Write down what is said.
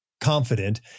confident